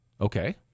Okay